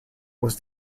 was